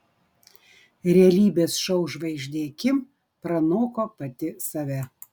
realybės šou žvaigždė kim pranoko pati save